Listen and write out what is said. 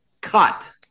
cut